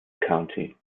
county